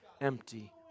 empty